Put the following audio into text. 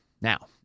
Now